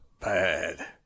bad